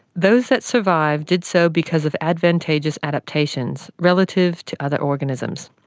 those that survived did so because of advantageous adaptations, relative to other organisms.